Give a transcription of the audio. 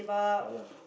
ya lah